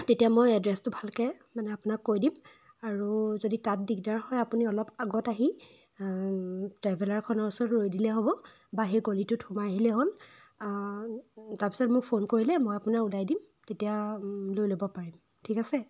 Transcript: তেতিয়া মই এড্ৰেছটো ভালকৈ মানে আপোনাক কৈ দিম আৰু যদি তাত দিগদাৰ হয় আপুনি অলপ আগত আহি ট্ৰেভেলাৰখনৰ ওচৰত ৰৈ দিলে হ'ব বা সেই গলিটোত সোমাই আহিলেই হ'ল তাৰপিছত মোক ফোন কৰিলে মই আপোনাৰ ওলাই দিম তেতিয়া লৈ ল'ব পাৰিম ঠিক আছে